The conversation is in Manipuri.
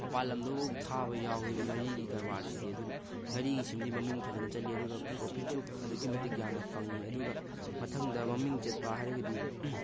ꯃꯄꯥꯜꯂꯝꯗꯕꯨꯛ ꯊꯥꯕ ꯌꯥꯎꯋꯤ ꯉꯥꯔꯤꯒꯤ ꯀꯔꯕꯥꯔꯁꯤꯗꯤ ꯑꯗꯨꯅ ꯉꯥꯔꯤꯒꯤꯁꯤꯝꯗꯤ ꯃꯃꯤꯡ ꯐꯖꯅ ꯆꯠꯂꯤ ꯑꯗꯨꯒ ꯄ꯭ꯔꯣꯐꯤꯠꯁꯨ ꯑꯗꯨꯛꯀꯤ ꯃꯇꯤꯛ ꯌꯥꯝꯅ ꯐꯪꯉꯤ ꯑꯗꯨꯒ ꯃꯊꯪꯗ ꯃꯃꯤꯡ ꯆꯠꯄ ꯍꯥꯏꯔꯒꯗꯤ